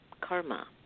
karma